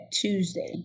Tuesday